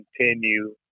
continue